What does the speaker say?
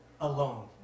alone